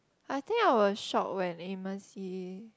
I think I was shocked when Amos-Yee